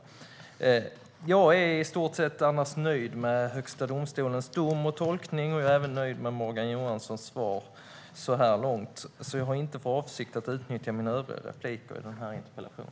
Annars är jag i stort sett nöjd med Högsta domstolens dom och tolkning. Jag är även nöjd med Morgan Johanssons svar så här långt, så jag har inte för avsikt att utnyttja mina övriga inlägg i denna interpellation.